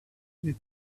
des